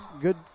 Good